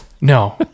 No